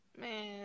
man